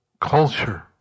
culture